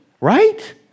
right